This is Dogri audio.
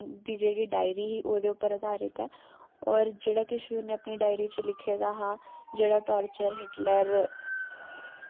दी जेह्ड़ी डायरी ही ओह्दे उप्पर आधारत ऐ होर जेह्ड़ा किश बी उ'न्नै अपनी डायरी च लिखे दा हा जेह्ड़ा टार्चर हिटलर